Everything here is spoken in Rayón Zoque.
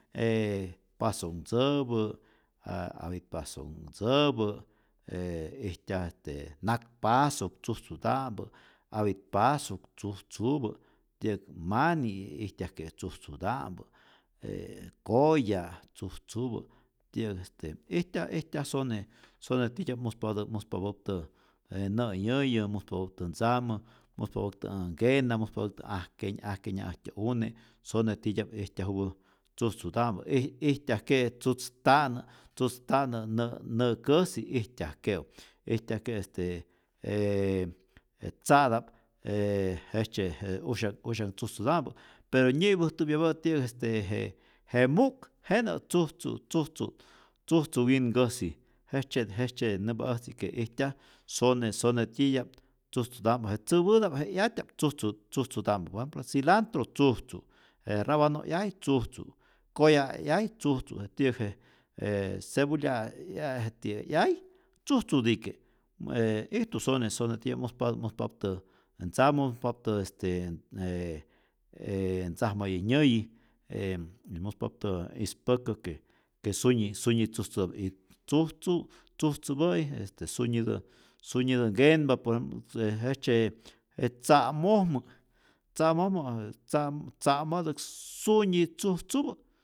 Je pasonhtzäpä, a apit pasonhtzäpä, e ijtya este nakpasok tzujtzuta'mpä, apitpasok tzujtzupä, ti'yäk mani' ijtyajke tzujtzuta'mpä, je koya' tzujtzupä, ti'yäk este ijtyaj ijtyaj sone sone titya'p muspatä muspapäptä je nä'yäyä, muspapäptä ntzamä, mujspapäptä nkenä, muspapäptä ajkeny ajkenyaj äjtyä une', sone titya'p ijtyajupä tzujtzuta'mpä ij ijtyajke'e tzutz ta'nä, tzutz ta'nä nä' na'käsi ijtyajke'u, ijtyajke' este j je tza'ta'p ee jejtzye je usyak usyanh tzujtzuta'mpä, pero nyipujtäpyapä ti'yäk este je je mu'k, jenä' tzujtzu' tzujtzu' tzujtzu wyinkäsi, jejtzye jetzye nämpa äjtzi que ijtyaj sone sone titya'p tzujtzuta'mpä, je tzäpáta'p je 'yatya'p tzujtzu tzujtzuta'mpä, por ejemplo cilantro tzujtzu', je rabano 'yay tzujtzu', koya' 'yay tzujtzu, je ti'yäk je je cepulya' 'ya tiyä 'yay tzujtzutike, e ijtu sone sone tiyä muspatä muspaptä ntzamä, muspaptä este ee ntzajmayä nyäyi e muspaptä ispäkä que sunyi sunyi tzujtzuta'p y tzujtzu tzujtzupä'i este sunyitä sunyitä nkenpa por ejem je jejtzye je tza'mojmä tza'mojmä je tza' tzämätäk sunyi tzujtzupä'